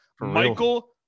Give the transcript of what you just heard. Michael